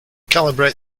calibrate